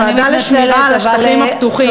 הוועדה לשמירה על קרקע חקלאית ושטחים פתוחים,